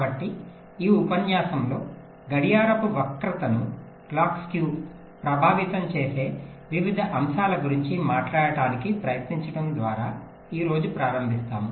కాబట్టి ఈ ఉపన్యాసంలో గడియారపు వక్రతను ప్రభావితం చేసే వివిధ అంశాల గురించి మాట్లాడటానికి ప్రయత్నించడం ద్వారా ఈ రోజు ప్రారంభిస్తాము